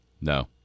No